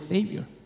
Savior